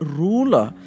ruler